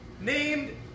named